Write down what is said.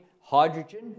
hydrogen